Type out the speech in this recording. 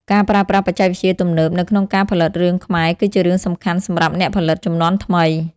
ការប្រើប្រាស់បច្ចេកវិទ្យាទំនើបនៅក្នុងការផលិតរឿងខ្មែរគឺជារឿងសំខាន់សម្រាប់អ្នកផលិតជំនាន់ថ្មី។